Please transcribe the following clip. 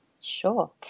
Sure